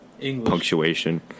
punctuation